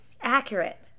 Accurate